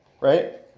right